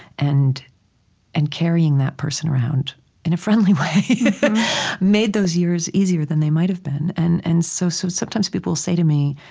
and and carrying that person around in a friendly way made those years easier than they might have been and and so so, sometimes, people will say to me,